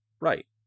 Right